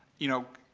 you know,